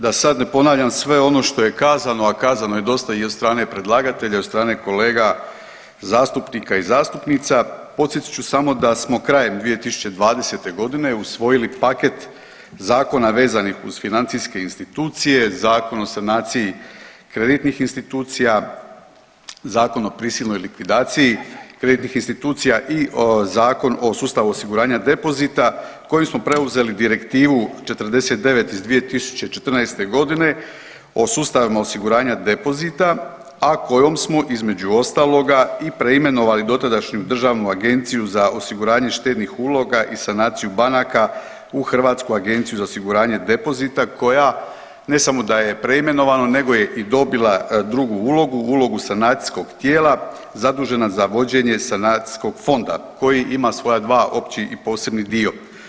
Da sad ne ponavljam sve ono što je kazano, a kazano je dosta i od strane predlagatelja i od strane kolega zastupnika i zastupnica, podsjetit ću samo da smo krajem 2020.g. usvojili paket zakona vezanih uz financijske institucije, Zakon o sanaciji kreditnih institucija, Zakon o prisilnoj likvidaciji kreditnih institucija i Zakon o sustavu osiguranja depozita kojim smo preuzeli Direktivu 49 iz 2014.g. o sustavima osiguranja depozita, a kojom smo između ostaloga i preimenovali dotadašnju državnu Agenciju za osiguranje štednih uloga i sanaciju banaka u Hrvatsku agenciju za osiguranje depozita koja ne samo da je preimenovana nego je i dobila drugu ulogu, ulogu sanacijskog tijela, zadužena za vođenje sanacijskog fonda koji ima svoja dva, opći i posebni dio.